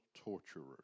torturers